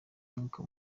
umwuka